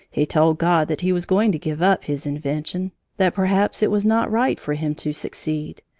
he told god that he was going to give up his invention that perhaps it was not right for him to succeed.